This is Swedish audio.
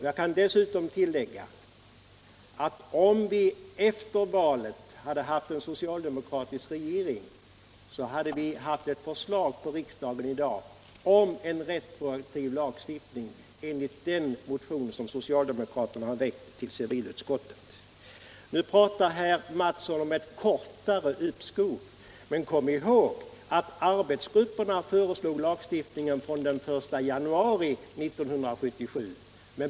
Jag kan tillägga att om vi efter valet hade haft en socialdemokratisk regering skulle vi haft ett förslag att behandla i riksdagen i dag om en retroaktiv lagstiftning — i enlighet med den motion som socialdemokraterna har väckt. Nu pratar herr Mattsson om ett kortare uppskov, men kom ihåg att arbetsgrupperna föreslog en lagstiftning med giltighet från den 1 januari 1977.